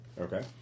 Okay